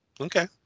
Okay